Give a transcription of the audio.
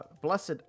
blessed